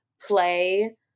play